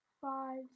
five